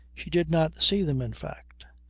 she did not see them, in fact.